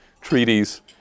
treaties